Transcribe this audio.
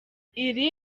iri